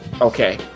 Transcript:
Okay